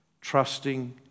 trusting